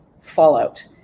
fallout